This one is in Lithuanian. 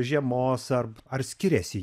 žiemos ar ar skiriasi